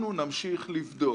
אנחנו נמשיך לבדוק.